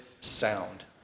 sound